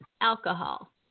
alcohol